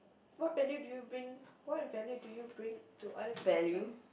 what value do you bring what value do you bring to other people's life